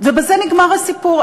ובזה נגמר הסיפור.